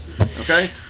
okay